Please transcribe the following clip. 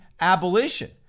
abolition